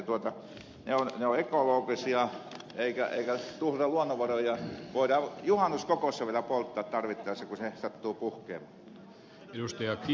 ne ovat ekologisia eikä tuhlata luonnonvaroja voidaan juhannuskokossa vielä polttaa tarvittaessa kun ne sattuvat puhkeamaan